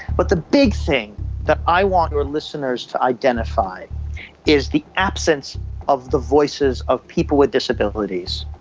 but the big thing that i want your listeners to identify is the absence of the voices of people with disabilities.